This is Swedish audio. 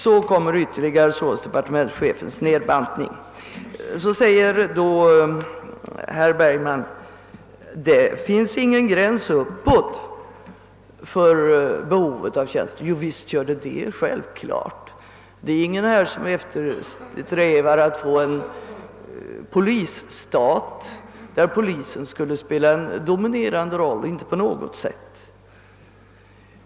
Därefter gör departementschefen en ytter ligare nedbantning av rikspolisstyrelsens förslag. Vidare ställer herr Bergman frågan: Finns det ingen gräns uppåt för behovet av tjänster? Jo, visst gör det det, det är självklart. Det är ingen här som på något sätt eftersträvar att få en polisstat, där polisen skulle spela en dominerande roll.